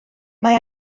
mae